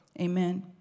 Amen